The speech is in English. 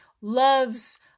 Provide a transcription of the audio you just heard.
loves